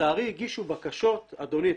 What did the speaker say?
לצערי הגישו בקשות אדוני,